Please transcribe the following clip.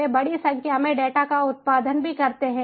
वे बड़ी संख्या में डेटा का उत्पादन भी करते हैं